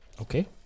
Okay